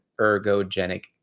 ergogenic